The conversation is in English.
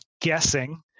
guessing